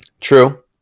True